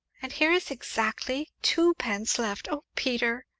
and here is exactly twopence left oh, peter!